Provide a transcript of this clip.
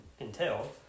entail